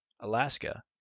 alaska